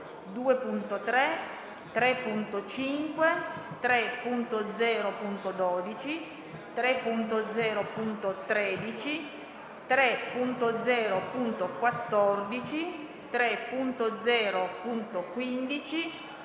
2.3, 3.5, 3.0.12, 3.0.13, 3.0.14, 3.0.15,